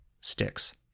sticks